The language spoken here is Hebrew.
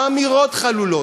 האמירות חלולות,